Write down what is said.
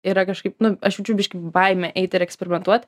yra kažkaip nu aš biškį baimė eiti ir eksperimentuot